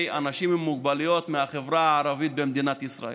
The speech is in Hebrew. אנשים עם מוגבלויות מהחברה הערבית במדינת ישראל.